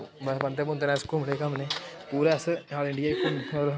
मंदर मुंदर ऐ अस घूमने घामने'ई पूरे अस आल इंडिया च घूमी